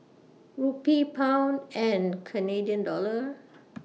Rupee Pound and Canadian Dollar